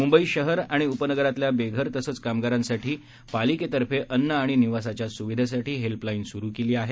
मुंबई शहर आणि उपनगरांतल्या बेघर तसंच कामगारांसाठी पालिकेतफें अन्न आणि निवासाच्या सुविधेसाठी हेल्पलाईन सुरु आहे